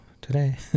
today